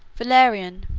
valerian,